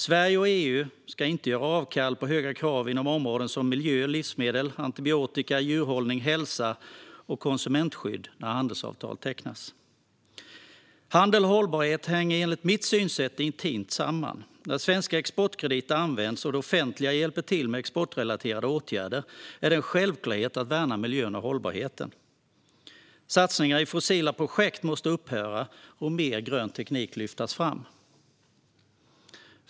Sverige och EU ska inte göra avkall på höga krav inom områden som miljö, livsmedel, antibiotika, djurhållning, hälsa och konsumentskydd när handelsavtal tecknas. Handel och hållbarhet hänger enligt mitt synsätt intimt samman. När svenska exportkrediter används och det offentliga hjälper till med exportrelaterade åtgärder är det en självklarhet att värna miljön och hållbarheten. Satsningar i fossila projekt måste upphöra och mer grön teknik lyftas fram.